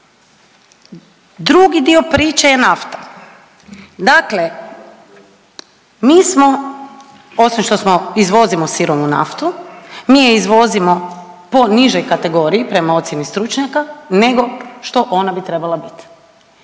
Drugi dio priče je nafta. Dakle, mi smo osim što smo, izvozimo sirovu naftu, mi je izvozimo po nižoj kategoriji prema ocjeni stručnjaka nego što ona bi trebala bit.